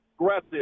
aggressive